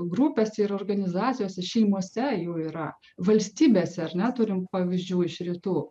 grupėse ir organizacijose šeimose jų yra valstybėse ar ne turim pavyzdžių iš rytų